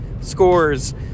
scores